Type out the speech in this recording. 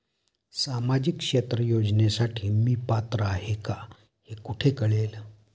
सामाजिक क्षेत्र योजनेसाठी मी पात्र आहे का हे कुठे कळेल?